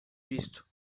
visto